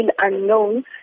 unknown